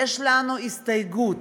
יש לנו הסתייגות.